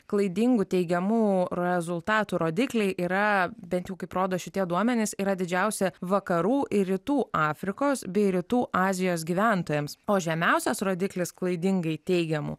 klaidingų teigiamų rezultatų rodikliai yra bent jau kaip rodo šitie duomenys yra didžiausi vakarų ir rytų afrikos bei rytų azijos gyventojams o žemiausias rodiklis klaidingai teigiamų